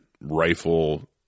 rifle